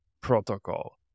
protocol